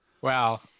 Wow